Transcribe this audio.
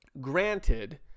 granted